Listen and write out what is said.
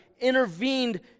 intervened